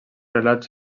relats